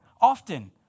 often